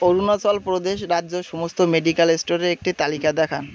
অরুণাচল প্রদেশ রাজ্যে সমস্ত মেডিকাল স্টোরের একটি তালিকা দেখান